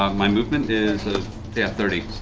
um my movement is ah yeah thirty.